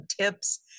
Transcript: tips